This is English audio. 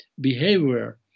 behavior